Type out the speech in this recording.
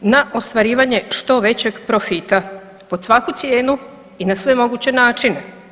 na ostvarivanje što većeg profita pod svaku cijenu i na sve moguće načine.